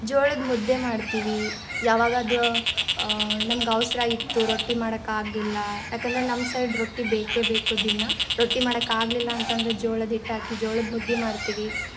ಜೋಳದ ಮುದ್ದೆ ಮಾಡ್ತೀವಿ ಯಾವಾಗಾದರೂ ನಮ್ಗೆ ಅವ್ಸರ ಇತ್ತು ರೊಟ್ಟಿ ಮಾಡಕ್ಕಾಗಲಿಲ್ಲ ಯಾಕಂದರೆ ನಮ್ಮ ಸೈಡ್ ರೊಟ್ಟಿ ಬೇಕೇ ಬೇಕು ದಿನಾ ರೊಟ್ಟಿ ಮಾಡಕ್ಕಾಗಲಿಲ್ಲ ಅಂತಂದರೆ ಜೋಳದ ಹಿಟ್ಟ್ ಹಾಕಿ ಜೋಳದ ಮುದ್ದೆ ಮಾಡ್ತೀವಿ